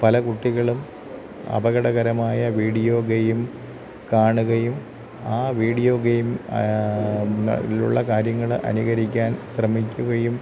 പല കുട്ടികളും അപകടകരമായ വീഡിയോ ഗെയ്മ് കാണുകയും ആ വീഡിയോ ഗെയ്മ് ങ്ങളിലുള്ള കാര്യങ്ങൾ അനുകരിക്കാൻ ശ്രമിക്കുകയും